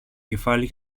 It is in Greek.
κεφάλι